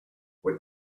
what